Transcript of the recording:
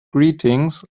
greetings